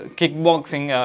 kickboxing